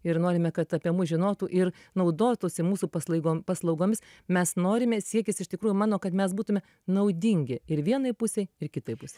ir norime kad apie mus žinotų ir naudotųsi mūsų paslaigom paslaugomis mes norime siekis iš tikrųjų mano kad mes būtume naudingi ir vienai pusei ir kitai pusei